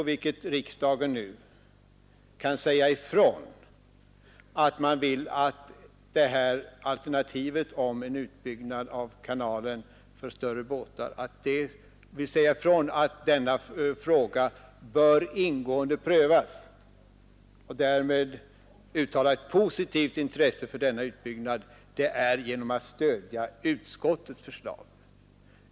Vill man säga ifrån att alternativet med en utbyggnad av kanalen för större båtar ingående bör prövas och därmed uttala ett positivt intresse för denna utbyggnad bör man stödja utskottets förslag.